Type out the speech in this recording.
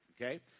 okay